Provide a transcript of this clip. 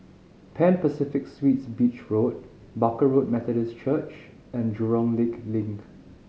Pan Pacific Suites Beach Road Barker Road Methodist Church and Jurong Lake Link